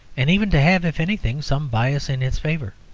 and even to have, if anything, some bias in its favour.